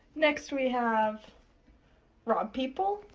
next we have rob people,